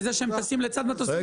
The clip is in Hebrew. בזה שהם טסים לצד מטוסים גדולים.